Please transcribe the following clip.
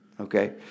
Okay